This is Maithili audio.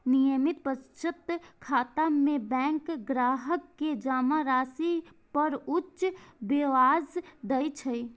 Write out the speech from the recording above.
नियमित बचत खाता मे बैंक ग्राहक कें जमा राशि पर उच्च ब्याज दै छै